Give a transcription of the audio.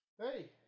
Hey